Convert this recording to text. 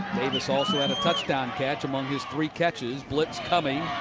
davis also had a touchdown catch among his three catches. blitz coming.